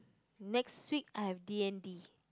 next week I have D_and_D